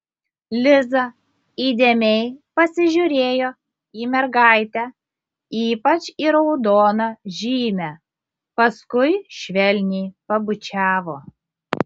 liza įdėmiai pasižiūrėjo į mergaitę ypač į raudoną žymę paskui švelniai pabučiavo